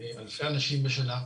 אלפי אנשים בשנה.